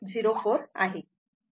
04आहे